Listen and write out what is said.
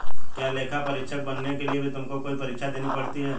क्या लेखा परीक्षक बनने के लिए भी तुमको कोई परीक्षा देनी पड़ी थी?